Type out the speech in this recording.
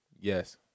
Yes